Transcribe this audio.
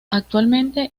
actualmente